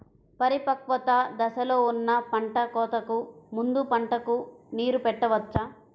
పరిపక్వత దశలో ఉన్న పంట కోతకు ముందు పంటకు నీరు పెట్టవచ్చా?